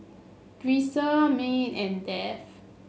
Grisel Me and Dave